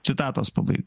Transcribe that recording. citatos pabaiga